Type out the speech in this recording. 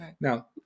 Now